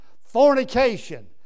fornication